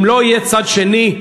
אם לא יהיה צד שני,